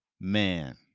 Man